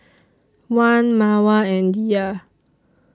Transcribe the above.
Wan Mawar and Dhia